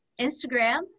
Instagram